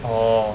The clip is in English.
oh